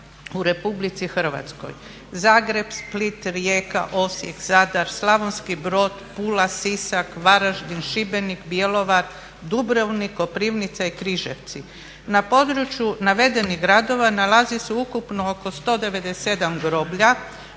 u Republici Hrvatskoj: Zagreb, Split, Rijeka, Osijek, Zadar, Slavonski Brod, Pula, Sisak, Varaždin, Šibenik, Bjelovar, Dubrovnik, Koprivnica i Križevci. Na području navedenih gradova nalazi se ukupno oko 197 groblja